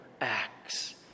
acts